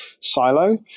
silo